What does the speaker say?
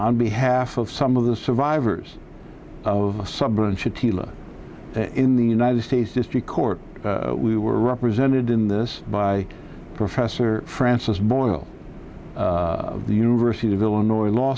on behalf of some of the survivors of in the united states district court we were represented in this by professor francis boyle of the university of illinois law